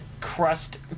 crust